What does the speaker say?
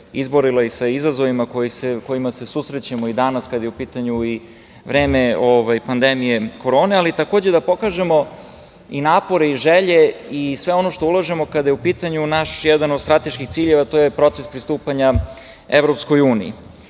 izborila i sa izazovima sa kojima se susrećemo i danas kada je u pitanju i vreme pandemije korone, ali takođe, da pokažemo napore, želje i sve ono što ulažemo kada je u pitanju naš jedan od strateških ciljeva, a to je proces pristupanja EU.Inače, sami